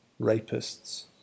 rapists